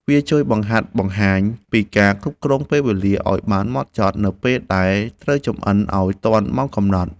វាជួយបង្ហាត់បង្ហាញពីការគ្រប់គ្រងពេលវេលាឱ្យបានហ្មត់ចត់ នៅពេលដែលត្រូវចម្អិនឱ្យទាន់ម៉ោងកំណត់។